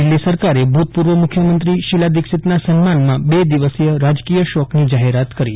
દિલ્હી સરકારે ભૂતપૂર્વ મુખ્યમંત્રી શીલા દીક્ષિતના સન્માનમાં બે દિવસીય રાજકીય શોકની જાહેરાત કરી છે